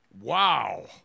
Wow